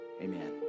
amen